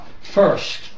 first